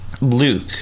luke